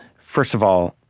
first of all,